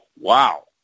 wow